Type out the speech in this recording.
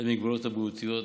למגבלות הבריאותיות.